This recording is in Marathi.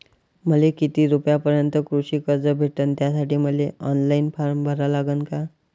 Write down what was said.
मले किती रूपयापर्यंतचं कृषी कर्ज भेटन, त्यासाठी मले ऑनलाईन फारम भरा लागन का?